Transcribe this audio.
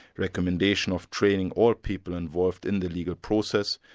recommendation of training all people involved in the legal process,